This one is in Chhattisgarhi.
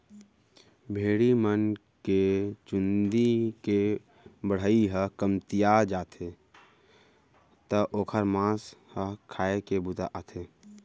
भेड़ी मन के चूंदी के बढ़ई ह कमतिया जाथे त ओकर मांस ह खाए के बूता आथे